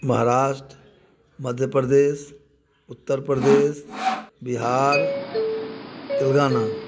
Maharashtra Madhya Pradesh Uttar Pradesh Bihar Telangana